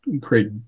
create